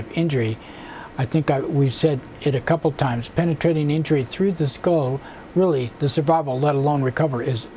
of injury i think we've said it a couple times penetrating injuries through the school really the survival let alone recover is